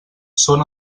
són